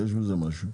יש בזה משהו,